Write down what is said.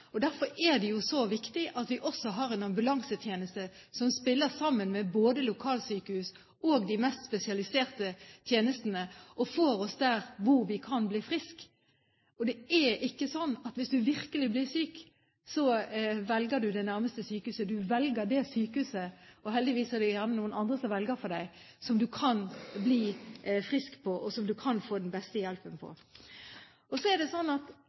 lidelse. Derfor er det jo så viktig at vi også har en ambulansetjeneste som spiller sammen med både lokalsykehus og de mest spesialiserte tjenestene, og som får oss dit hvor vi kan bli friske. Det er ikke sånn at hvis du virkelig blir syk, velger du det nærmeste sykehuset. Du velger det sykehuset – heldigvis er det gjerne noen andre som velger for deg – hvor du kan bli frisk, og hvor du kan få den beste hjelpen. Så er det sånn at